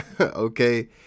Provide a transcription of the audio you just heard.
okay